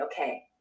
Okay